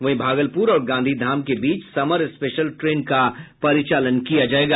वहीं भागलपुर और गांधीधाम के बीच समर स्पेशल ट्रेन का परिचालन किया जायेगा